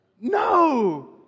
No